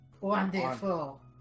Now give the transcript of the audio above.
Wonderful